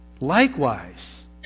Likewise